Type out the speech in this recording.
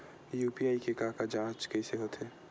UPI के के जांच कइसे होथे?